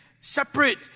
separate